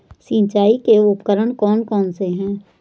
सिंचाई के उपकरण कौन कौन से हैं?